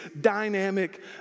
dynamic